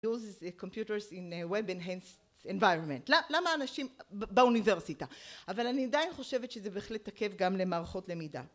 למה אנשים באוניברסיטה אבל אני עדיין חושבת שזה בהחלט תקף גם למערכות למידה